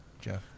Jeff